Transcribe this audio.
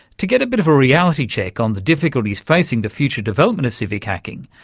to get a bit of a reality check on the difficulties facing the future development of civic hacking,